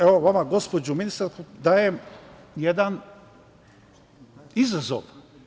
Evo vama, gospođo ministarko, dajem jedan izazov.